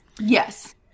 Yes